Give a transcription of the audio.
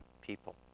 people